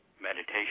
meditation